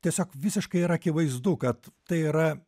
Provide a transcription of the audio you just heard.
tiesiog visiškai yra akivaizdu kad tai yra